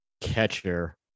catcher